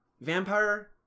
Vampire